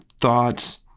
thoughts